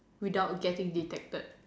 without getting detected